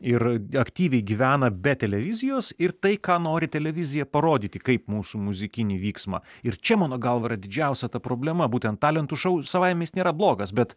ir aktyviai gyvena be televizijos ir tai ką nori televiziją parodyti kaip mūsų muzikinį vyksmą ir čia mano galva yra didžiausia ta problema būtent talentų šou savaime nėra blogas bet